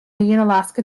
unalaska